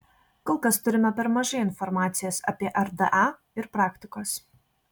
kol kas turime per mažai informacijos apie rda ir praktikos